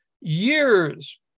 years